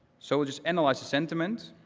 so we just analyze the sentiment.